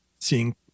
seeing